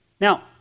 Now